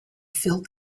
filled